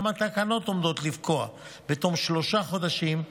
התקנות עומדות לפקוע בתום שלושה חודשים,